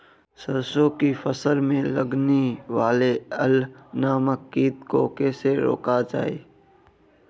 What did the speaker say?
सरसों की फसल में लगने वाले अल नामक कीट को कैसे रोका जाए?